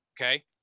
okay